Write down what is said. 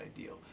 ideal